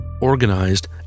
organized